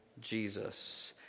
Jesus